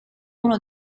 uno